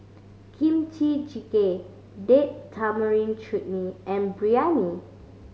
Kimchi Jjigae Date Tamarind Chutney and Biryani